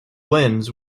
linz